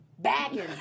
bagging